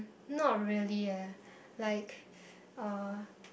not really eh like uh